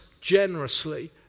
generously